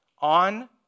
On